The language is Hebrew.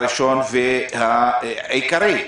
הראשון והעיקרי.